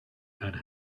and